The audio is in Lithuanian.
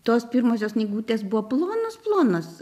tos pirmosios knygutės buvo plonos plonos